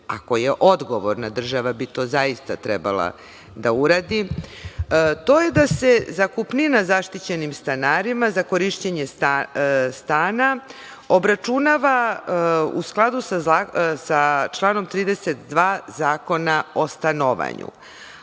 ako je odgovorna država, država bi to zaista trebala da uradi, to je da se zakupnina zaštićenim stanarima za korišćenje stana obračunava u skladu sa članom 32. Zakona o stanovanju,